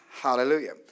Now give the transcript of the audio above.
Hallelujah